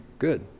Good